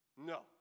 No